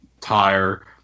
tire